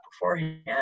beforehand